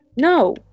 No